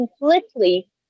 completely